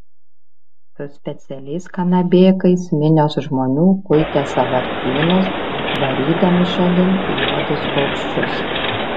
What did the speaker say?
su specialiais kanabėkais minios žmonių kuitė sąvartynus varydami šalin juodus paukščius